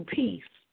peace